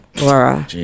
Laura